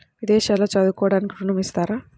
విదేశాల్లో చదువుకోవడానికి ఋణం ఇస్తారా?